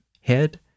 head